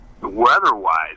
weather-wise